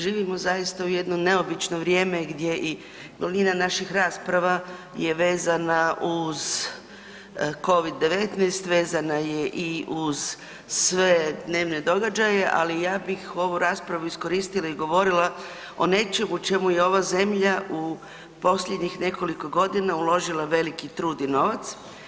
Živimo zaista u jedno neobično vrijeme gdje i duljina naših rasprava je vezana uz covid-19, vezana je i uz sve dnevne događaje, ali ja bih ovu raspravu iskoristila i govorila o nečemu u čemu je ova zemlja u posljednjih nekoliko godina uložila veliki trud i novac.